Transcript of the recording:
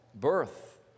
birth